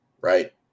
right